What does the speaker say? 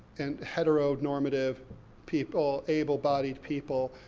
and heternormative people, able bodied people,